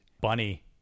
Bunny